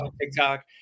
TikTok